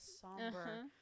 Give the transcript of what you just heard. somber